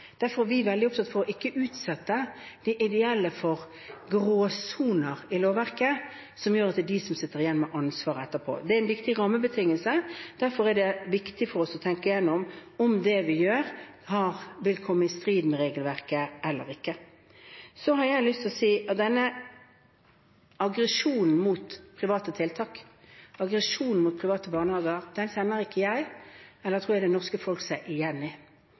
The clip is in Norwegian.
Derfor er vi veldig opptatt av ikke å utsette de ideelle for gråsoner i lovverket som gjør at det er de som sitter igjen med ansvaret etterpå. Det er en viktig rammebetingelse, og derfor er det viktig for oss å tenke igjennom om det vi gjør, vil komme i strid med regelverket eller ikke. Så har jeg lyst til å si at denne aggresjonen mot private tiltak, aggresjonen mot private barnehager, den kjenner ikke jeg eller – tror jeg – det norske folk seg igjen i.